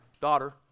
daughter